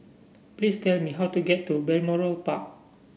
please tell me how to get to Balmoral Park